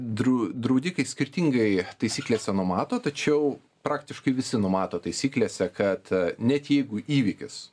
dru draudikai skirtingai taisyklėse numato tačiau praktiškai visi numato taisyklėse kad net jeigu įvykis